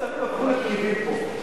כל השרים הפכו לפקידים פה.